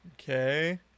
okay